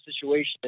situation